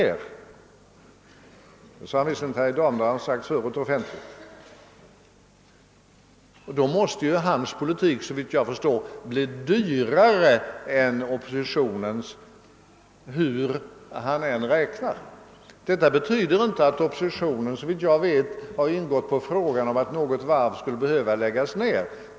Det senare sade han visserligen inte här i dag, men han har gjort det tidigare offentligt. Då måste ju hans politik, såvitt jag förstår, bli dyrare än oppositionens, hur han än räknar. Detta betyder inte, att oppositionen, såvitt jag vet, har ingått på frågan om att något varv skulle behöva läggas ner.